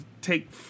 Take